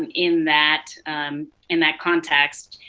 um in that in that context,